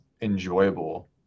enjoyable